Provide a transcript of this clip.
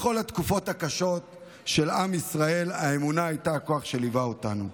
בכל התקופות הקשות של עם ישראל האמונה הייתה הכוח שליווה אותנו.